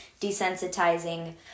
desensitizing